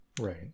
right